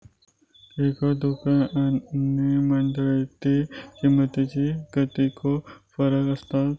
किरकोळ दुकाना आणि मंडळीतल्या किमतीत कितको फरक असता?